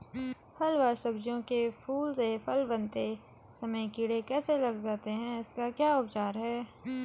फ़ल व सब्जियों के फूल से फल बनते समय कीड़े कैसे लग जाते हैं इसका क्या उपचार है?